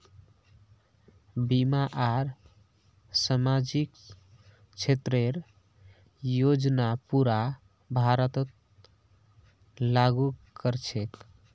बीमा आर सामाजिक क्षेतरेर योजना पूरा भारतत लागू क र छेक